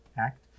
Act